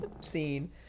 scene